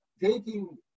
taking